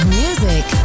music